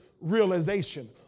realization